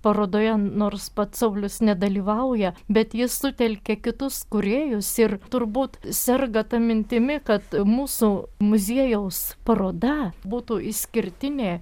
parodoje nors pats saulius nedalyvauja bet jis sutelkė kitus kūrėjus ir turbūt serga ta mintimi kad mūsų muziejaus paroda būtų išskirtinė